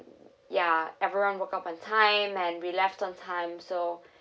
ya everyone woke up on time and we left on time so